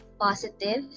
positive